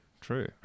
True